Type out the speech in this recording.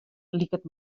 liket